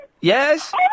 Yes